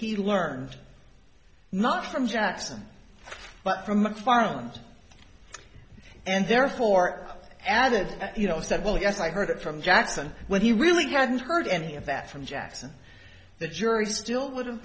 he learned not from jackson but from mcfarland and therefore added you know said well yes i heard it from jackson when he really hadn't heard any of that from jackson the jury still would have